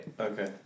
Okay